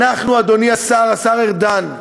אנחנו, אדוני השר, השר ארדן,